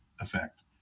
effect